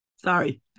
Sorry